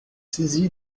saisi